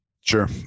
Sure